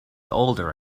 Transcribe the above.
older